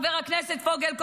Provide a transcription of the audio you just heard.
חבר הכנסת פוגל,